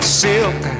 silk